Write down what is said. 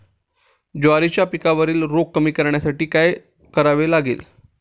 ज्वारीच्या पिकावरील रोग कमी करण्यासाठी काय करावे लागेल?